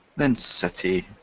then city,